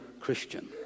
Christian